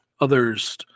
Others